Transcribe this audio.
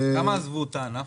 כמה עזבו את הענף?